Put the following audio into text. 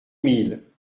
mille